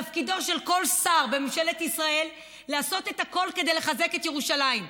תפקידו של כל שר בממשלת ישראל לעשות את הכול כדי לחזק את ירושלים.